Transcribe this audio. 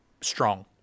strong